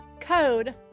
code